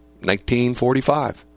1945